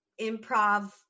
improv